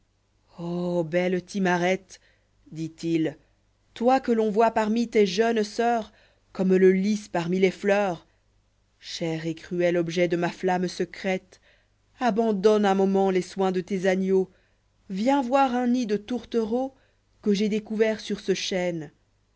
o belle timarette dit-il toi que l'on voit parmi tes jeunes soeurs comme le lis parmi les fleurs cher et cruel objet de ma flamme secrète abandonne un moment les soins de tes agneaux viens voir un nid de tourtereaux ïivre iv tôt que j'ai découvert sur ce chêne